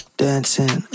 dancing